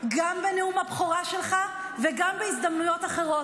גם בנאום הבכורה שלך וגם בהזדמנויות אחרות.